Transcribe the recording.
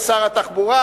רחמי שר התחבורה,